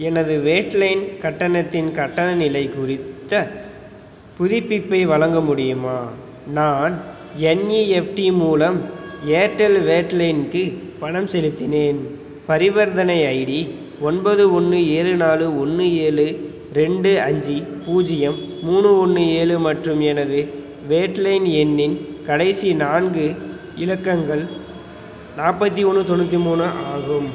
எனது wired line கட்டணத்தின் கட்டண நிலை குறித்த புதுப்பிப்பை வழங்க முடியுமா நான் என்இஎஃப்டி மூலம் ஏர்டெல் வேட் லைனுக்கு பணம் செலுத்தினேன் பரிவர்த்தனை ஐடி ஒன்பது ஒன்று ஏழு நாலு ஒன்று ஏழு ரெண்டு அஞ்சு பூஜ்ஜியம் மூணு ஒன்று ஏழு மற்றும் எனது வேட் லைன் எண்ணின் கடைசி நான்கு இலக்கங்கள் நாற்பத்தி ஒன்று தொண்ணூற்றி மூணு ஆகும்